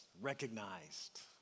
recognized